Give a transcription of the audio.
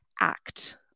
act